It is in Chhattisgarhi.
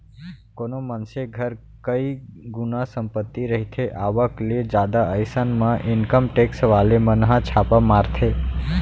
कोनो मनसे घर कई गुना संपत्ति रहिथे आवक ले जादा अइसन म इनकम टेक्स वाले मन ह छापा मारथे